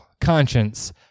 conscience